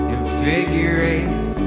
Invigorates